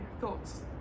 Thoughts